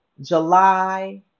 July